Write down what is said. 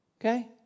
okay